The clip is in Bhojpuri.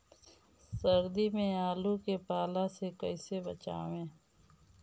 सर्दी में आलू के पाला से कैसे बचावें?